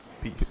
peace